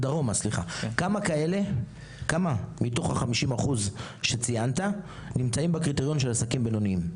כמה מתוך ה-50% שציינת נמצאים בקריטריון של עסקים בינוניים?